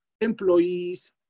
employees